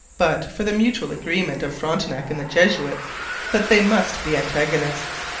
but for the mutual agreement of frontenac and the jesuits that they must be antagonists.